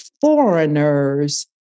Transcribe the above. foreigners